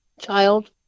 child